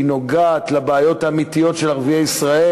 היא נוגעת לבעיות האמיתיות של ערביי ישראל,